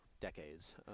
decades